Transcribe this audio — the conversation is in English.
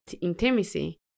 intimacy